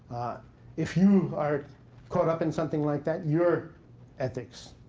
if you are caught up in something like that, your ethics,